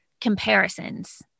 comparisons